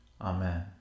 Amen